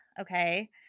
okay